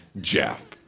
Jeff